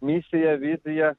misiją viziją